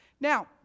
Now